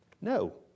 No